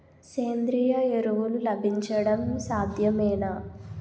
సేంద్రీయ ఎరువులు లభించడం సాధ్యమేనా?